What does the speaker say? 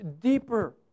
deeper